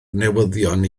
newyddion